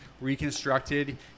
reconstructed